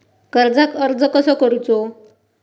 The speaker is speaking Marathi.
कर्जाक अर्ज कसो करूचो?